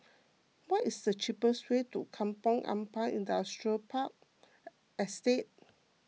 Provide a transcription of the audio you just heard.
what is the cheapest way to Kampong Ampat Industrial Park Estate